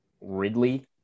Ridley